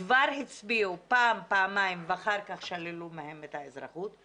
כבר הצביעו פעם-פעמיים ואחר כך שללו מהם את האזרחות.